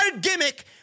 gimmick